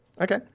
Okay